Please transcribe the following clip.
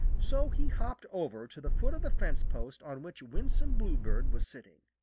so he hopped over to the foot of the fence post on which winsome bluebird was sitting.